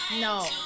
No